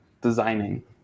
designing